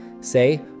Say